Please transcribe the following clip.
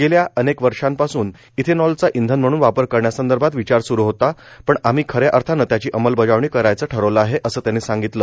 गेली अनेक वर्ष इथेनॉलचा इंधन म्हणून वापर करण्यासंदर्भात विचार स्रु होता पण आम्ही खऱ्या अर्थानं त्याची अंमलबजावणी करायचं ठरवलं आहे असं त्यांनी सांगितलं